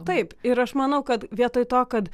taip ir aš manau kad vietoj to kad